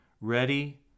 Ready